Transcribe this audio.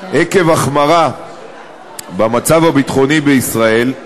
עקב החמרה במצב הביטחוני בישראל,